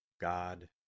God